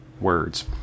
words